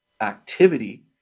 activity